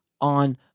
on